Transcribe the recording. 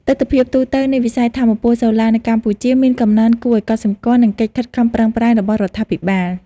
ទិដ្ឋភាពទូទៅនៃវិស័យថាមពលសូឡានៅកម្ពុជាមានកំណើនគួរឱ្យកត់សម្គាល់ និងកិច្ចខិតខំប្រឹងប្រែងរបស់រដ្ឋាភិបាល។